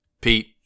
Pete